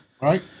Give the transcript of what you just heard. Right